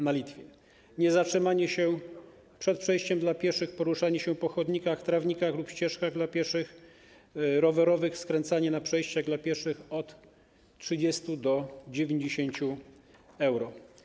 Niezatrzymanie się przed przejściem dla pieszych, poruszanie się po chodnikach, trawnikach lub ścieżkach dla pieszych, rowerowych, skręcanie na przejściach dla pieszych - od 30 euro do 90 euro.